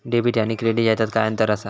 Debit आणि credit ह्याच्यात काय अंतर असा?